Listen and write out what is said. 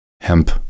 hemp